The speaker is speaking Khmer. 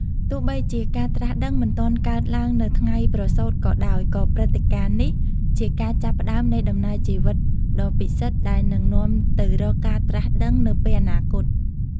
ទោះបីជាការត្រាស់ដឹងមិនទាន់កើតឡើងនៅថ្ងៃប្រសូតក៏ដោយ ក៏ព្រឹត្តិការណ៍នេះជាការចាប់ផ្ដើមនៃដំណើរជីវិតដ៏ពិសិដ្ឋដែលនឹងនាំទៅរកការត្រាស់ដឹងនៅពេលអនាគត។